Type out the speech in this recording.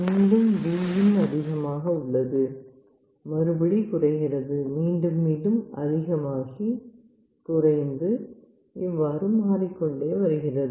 மீண்டும் Vin அதிகமாக உள்ளது மறுபடி குறைகிறது மீண்டும் மீண்டும் அதிகமாகி குறைந்து இவ்வாறு மாறிக்கொண்டே செல்கிறது